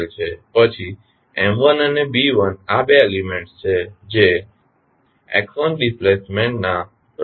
પછી અને આ બે એલીમેન્ટ્સ છે જે ડિસ્પ્લેસમેન્ટના પ્રભાવ હેઠળ છે